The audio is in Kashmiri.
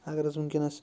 اَگر حظ وٕنۍکٮ۪نَس